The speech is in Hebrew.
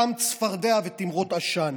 דם, צפרדע ותמרות עשן,